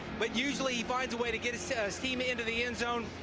but usually he finds a way to get his so his team into the endzone.